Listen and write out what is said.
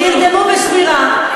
נרדמו בשמירה,